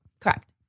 Correct